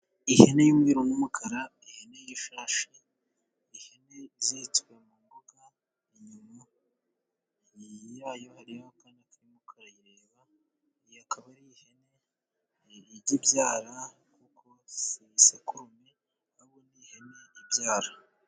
Ihene y'umweru n'umukara, ihene y'ishashi. Ihene iziritswe mu mbuga. Inyuma yayo hariyo akana karimo karayireba. Iyo akaba ari ihene ijya ibyara kuko si isekurume, ahubwo ni ihene ibyara.